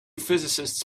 physicists